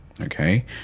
okay